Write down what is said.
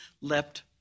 leapt